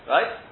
Right